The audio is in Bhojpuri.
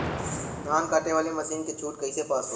धान कांटेवाली मासिन के छूट कईसे पास होला?